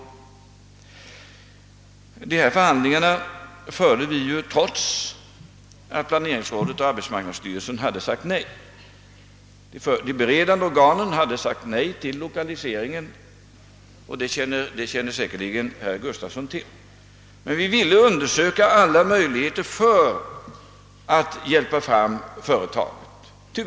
Vi förde de förhandlingarna trots att planeringsrådet och arbetsmarknadsstyrelsen hade sagt nej. De beredande organen hade sagt nej till lokaliseringen, det känner säkerligen herr Gustafsson i Skellefteå till, men vi ville undersöka alla möjligheter att hjälpa fram företaget.